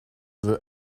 veux